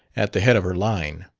at the head of her line.